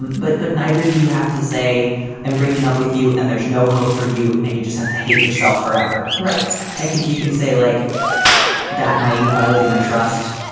and but but neither do you have to say i'm breaking up with you. and there's no hope for you. and you just have to hate yourself forever. right? i think you can say like that night. you violated my trust.